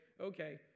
okay